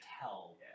tell